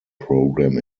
program